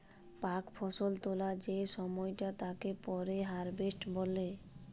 পাক ফসল তোলা যে সময়টা তাকে পরে হারভেস্ট বলে